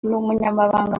n’umunyamabanga